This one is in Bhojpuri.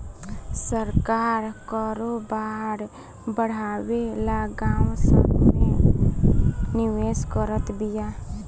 सरकार करोबार बड़ावे ला गाँव सन मे निवेश करत बिया